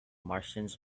martians